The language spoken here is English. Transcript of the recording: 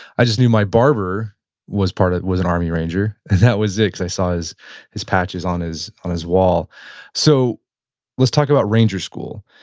i just knew my barber was part of it, was an army ranger, and that was it because i saw as his patches on his on his wall so let's talk about ranger school.